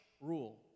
rule